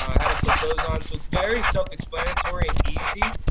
how to put those on. so it's very self explanatory and easy.